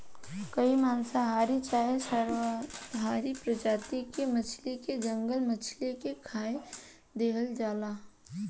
कोई मांसाहारी चाहे सर्वाहारी प्रजाति के मछली के जंगली मछली के खीया देहल जाला